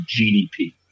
GDP